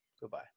Goodbye